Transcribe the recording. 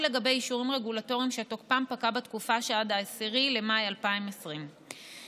לגבי אישורים רגולטוריים שתוקפם פקע בתקופה שעד 10 במאי 2020 בלבד.